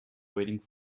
waiting